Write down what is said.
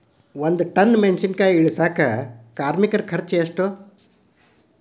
ಒಂದ್ ಟನ್ ಮೆಣಿಸಿನಕಾಯಿ ಇಳಸಾಕ್ ಕಾರ್ಮಿಕರ ಖರ್ಚು ಎಷ್ಟು?